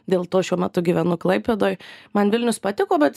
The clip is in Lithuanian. dėl to šiuo metu gyvenu klaipėdoj man vilnius patiko bet